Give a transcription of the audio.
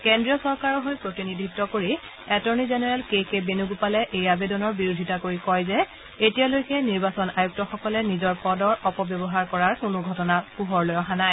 কেন্দ্ৰীয় চৰকাৰৰ হৈ প্ৰতিনিধিত্ব কৰিছে এটৰ্ণী জেনেৰেল কে কে বেনুগোপালে এই আবেদনৰ বিৰোধিতা কৰি কয় যে এতিয়ালৈকে নিৰ্বাচন আয়ুক্তসকলে নিজৰ পদৰ অপব্যৱহাৰ কৰাৰ কোনো ঘটনা পোহৰলৈ অহা নাই